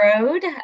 road